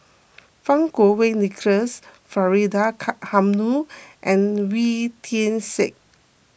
Fang Kuo Wei Nicholas Faridah ka Hanum and Wee Tian Siak